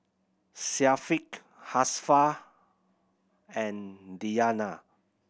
Syafiq Hafsa and Diyana